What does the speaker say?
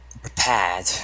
prepared